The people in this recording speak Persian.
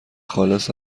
خالص